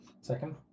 Second